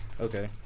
Okay